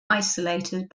isolated